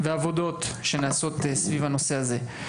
ועבודות שנעשות היום סביב הנושא הזה?